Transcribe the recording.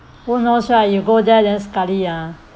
who knows right you go there then sekali ah